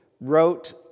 wrote